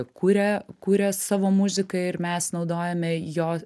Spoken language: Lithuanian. kuria kuria savo muziką ir mes naudojame jo